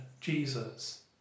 Jesus